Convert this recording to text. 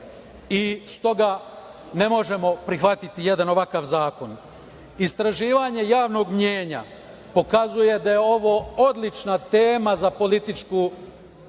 S toga ne možemo prihvatiti jedan ovakav zakon. Istraživanje javnog mnjenja pokazuje da je ovo odlična tema za politički profit.